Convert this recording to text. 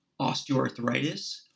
osteoarthritis